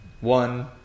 one